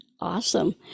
Awesome